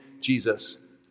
Jesus